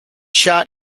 shot